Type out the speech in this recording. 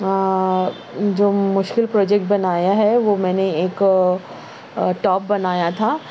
جو مشکل پروجیکٹ بنایا ہے وہ میں نے ایک ٹاپ بنایا تھا